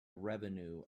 revenue